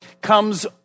comes